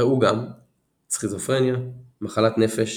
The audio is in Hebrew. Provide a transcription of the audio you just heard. ראו גם סכיזופרניה מחלת נפש